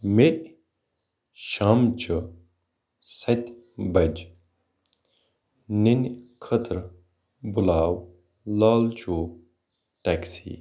مےٚ شامچہِ سَتہِ بَجہِ نِنہِ خٲطرٕ بُلاو لال چوک ٹٮ۪کسی